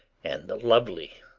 and the lovely,